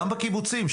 גם בקיבוצים,